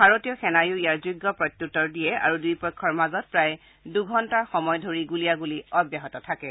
ভাৰতীয় সেনায়ো ইয়াৰ যোগ্য প্ৰত্যুত্তৰ দিয়ে আৰু দুয়ো পক্ষৰ মাজত প্ৰায় দুঘণ্টা সময় ধৰি গুলীয়াগুলী অব্যাহত থাকে